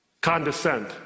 condescend